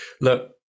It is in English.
look